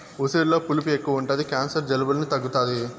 ఉసిరిలో పులుపు ఎక్కువ ఉంటది క్యాన్సర్, జలుబులను తగ్గుతాది